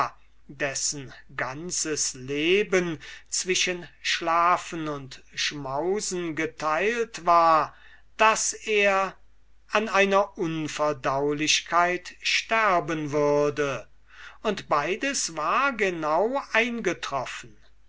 dessen ganzes leben zwischen schlafen und schmausen geteilt war daß er an einer unverdaulichkeit sterben würde und beides war genau eingetroffen